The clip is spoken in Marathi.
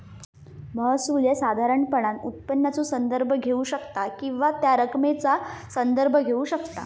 महसूल ह्या साधारणपणान उत्पन्नाचो संदर्भ घेऊ शकता किंवा त्या रकमेचा संदर्भ घेऊ शकता